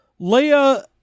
Leia